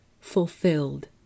fulfilled